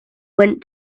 went